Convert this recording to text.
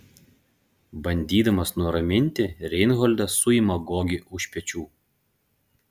bandydamas nuraminti reinholdas suima gogį už pečių